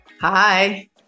Hi